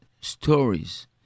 stories